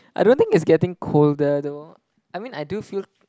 I don't think it's getting colder though I mean I do feel